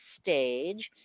stage